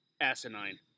asinine